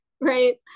right